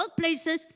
workplaces